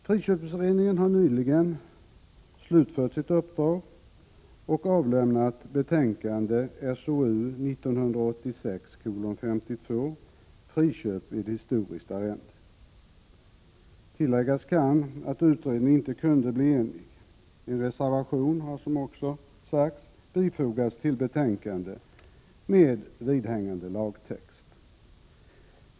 Friköpsutredningen har nyligen slutfört sitt uppdrag och avlämnat sitt betänkande Friköp vid historiskt arrende. Tilläggas kan att utredningen inte kunde bli enig. En reservation har som också sagts fogats till betänkandet med vidhängande lagtext.